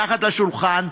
מתחת לשולחן,